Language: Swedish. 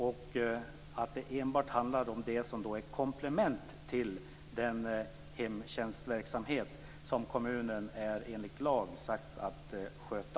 Tjänsterna skall enbart vara ett komplement till den hemtjänstverksamhet som kommunen enligt lag är satt att sköta.